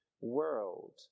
world